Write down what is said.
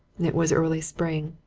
it was early spring.